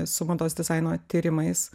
su mados dizaino tyrimais